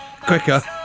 quicker